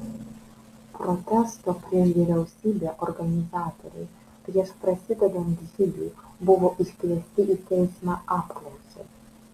protesto prieš vyriausybę organizatoriai prieš prasidedant žygiui buvo iškviesti į teismą apklausai